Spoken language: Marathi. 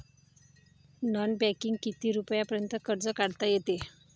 नॉन बँकिंगनं किती रुपयापर्यंत कर्ज काढता येते?